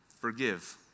Forgive